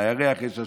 לירח יש השפעה,